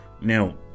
Now